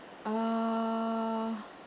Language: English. uh